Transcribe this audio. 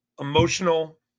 emotional